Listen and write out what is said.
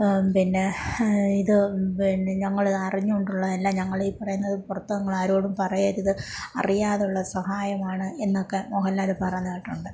പിന്നെ ഇത് പിന്നെ ഞങ്ങൾ അറിഞ്ഞോണ്ടുള്ള അല്ല ഞങ്ങളീ പറയുന്നത് പുറത്ത് നിങ്ങളാരോടും പറയരുത് അറിയാതുള്ള സഹായമാണ് എന്നൊക്കെ മോഹൻലാൽ പറഞ്ഞിട്ടുണ്ട്